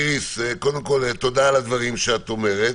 קודם כול, תודה על הדברים שאת אומרת,